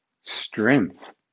strength